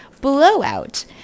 blowout